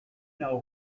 know